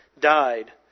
died